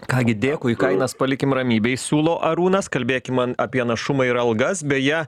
ką gi dėkui kainas palikim ramybėj siūlo arūnas kalbėkim an apie našumą ir algas beje